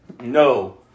No